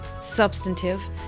substantive